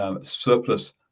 surplus